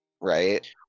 Right